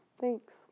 Thanks